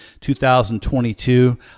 2022